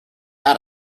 out